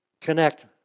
connect